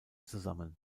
zusammen